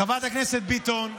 חברת הכנסת ביטון,